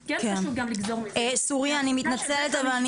חשוב גם לגזור מזה שהפסיקה של בית המשפט --- סוריא,